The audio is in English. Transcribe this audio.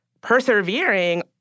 persevering